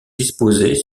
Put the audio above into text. disposés